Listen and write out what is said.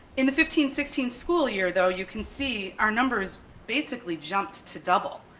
in the fifteen sixteen school year though, you can see our numbers basically jumped to double.